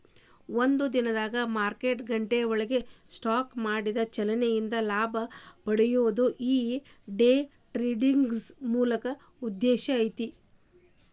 ಒಂದ ದಿನದಾಗ್ ಮಾರ್ಕೆಟ್ ಗಂಟೆಯೊಳಗ ಸ್ಟಾಕ್ ಮಾಡಿದ ಚಲನೆ ಇಂದ ಲಾಭ ಪಡೆಯೊದು ಈ ಡೆ ಟ್ರೆಡಿಂಗಿನ್ ಮೂಲ ಉದ್ದೇಶ ಐತಿ